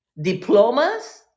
diplomas